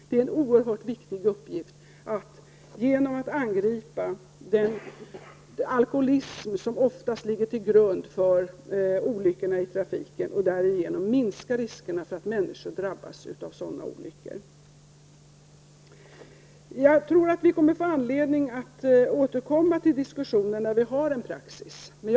Det är en oerhört viktig uppgift att genom att angripa den alkoholism som oftast ligger till grund för olyckorna i trafiken sträva efter att minska riskerna för att människor skall drabbas av sådana här olyckor. Jag tror att vi får anledning att återkomma till diskussionen när vi har en praxis här.